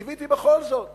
קיוויתי בכל זאת